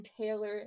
Taylor